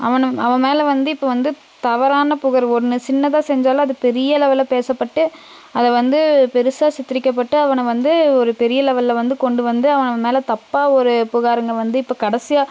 அவனை அவன் மேலே வந்து இப்போ வந்து தவறான புகார் ஒன்று சின்னதாக செஞ்சாலும் அது பெரிய லெவல்ல பேசப்பட்டு அதை வந்து பெருசாக சித்தரிக்கப்பட்டு அவனை வந்து ஒரு பெரிய லெவல்ல வந்து கொண்டு வந்து அவன் மேலே தப்பாக ஒரு புகாருங்கள் வந்து இப்போ கடைசியா